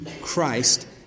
Christ